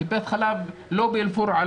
טיפת חלב לא באל פורעה,